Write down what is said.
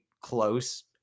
close